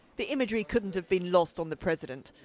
the imagery couldn't have been lost on the president.